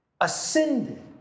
ascended